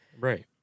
Right